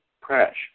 crash